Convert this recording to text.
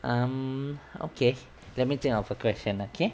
um okay let me think of a question okay